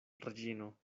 reĝino